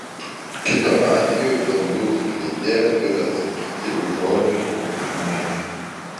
kitu atveju gandų skleidėja turi atsakyti už žodžius ir už šmeižtą